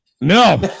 No